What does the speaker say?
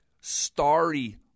starry